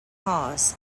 hawes